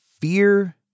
fear